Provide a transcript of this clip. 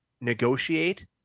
negotiate